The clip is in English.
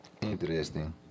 Interesting